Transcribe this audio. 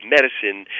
Medicine